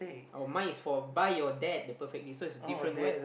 oh mine is for buy your dad the perfect gift so it's a different word